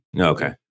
Okay